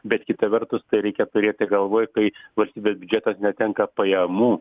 bet kita vertus tai reikia turėti galvoj kai valstybės biudžetas netenka pajamų